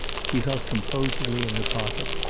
she felt composedly in her pocket,